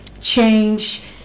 change